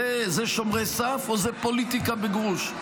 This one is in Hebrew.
זה שומרי סף או זו פוליטיקה בגרוש?